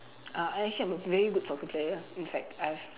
uh I actually am a very good soccer player in fact I've